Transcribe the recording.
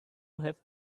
have